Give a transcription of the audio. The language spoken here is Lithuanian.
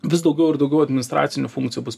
vis daugiau ir daugiau administracinių funkcijų bus